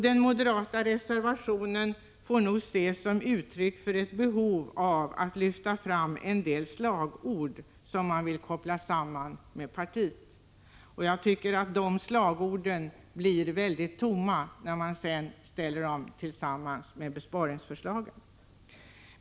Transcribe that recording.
Den moderata reservationen får nog ses som uttryck för ett behov av att lyfta fram en del slagord, som man vill koppla samman med partiet. Jag tycker att dessa slagord blir tomma när de förs fram tillsammans med besparingsförslagen.